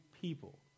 people